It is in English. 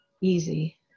easy